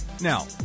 Now